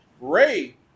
Ray